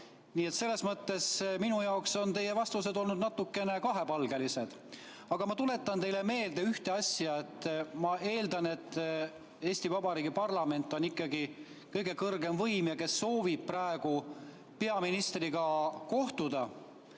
selles mõttes on minu jaoks teie vastused olnud natukene kahepalgelised. Aga ma tuletan teile meelde ühte asja. Ma eeldan, et Eesti Vabariigi parlament on ikkagi kõige kõrgem võim ja soovib praegu peaministriga kohtuda.